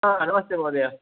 हा नमस्ते महोदय